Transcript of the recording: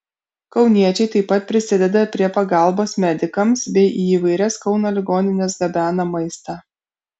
kauniečiai taip pat prisideda prie pagalbos medikams bei į įvairias kauno ligonines gabena maistą